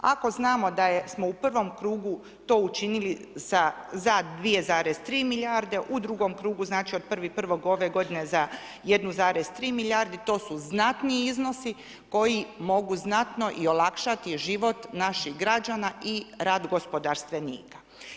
Ako znamo da smo u prvom krugu to učinili za 2,3 milijarde, u drugom krugu znači od 1.1. ove godine za 1,3 milijardi, to su znatni iznosi koji mogu znatno i olakšati život naših građana i rad gospodarstvenika.